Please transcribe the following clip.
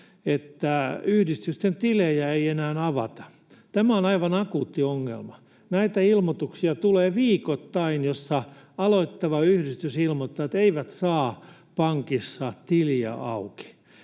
että yhdistysten tilejä ei enää avata. Tämä on aivan akuutti ongelma. Näitä ilmoituksia tulee viikoittain, joissa aloittava yhdistys ilmoittaa, että eivät saa pankissa tiliä auki.